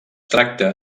tracta